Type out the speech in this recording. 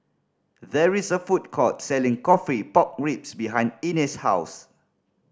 there is a food court selling coffee pork ribs behind Ines' house